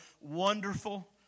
wonderful